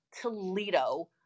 Toledo